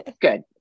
Good